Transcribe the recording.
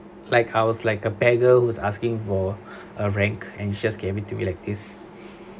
like I was like a beggar who's asking for a rank and sure gave it to me like this